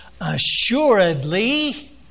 Assuredly